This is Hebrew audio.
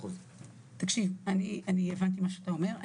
אני הבנתי מה שאתה אומר.